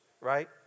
right